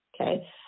Okay